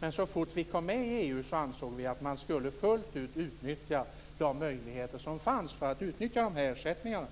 Men så fort vi kom med i EU ansåg vi att man skulle fullt ut utnyttja de möjligheter som fanns för att få ersättningarna.